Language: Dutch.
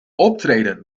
optreden